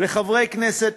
לחברי הכנסת,